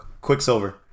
Quicksilver